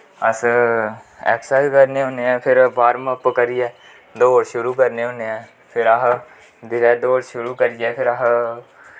अस ऐक्स्रसाइज़ करनें होनें ऐं फिर बार्मअप करियै दौड़ शुरु करनें होनें ऐ फिर अस जिसलै दौड़ शुरु करियै फिर अस